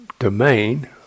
Domain